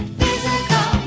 physical